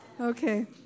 Okay